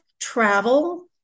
travel